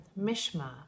Mishma